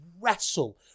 wrestle